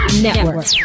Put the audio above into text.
Network